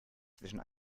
zwischen